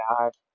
God